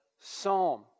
psalm